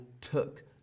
took